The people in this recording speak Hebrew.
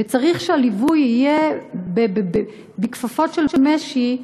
וצריך שהליווי יהיה בכפפות של משי,